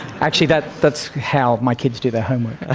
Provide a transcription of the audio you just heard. actually that's that's how my kids do their homework. ah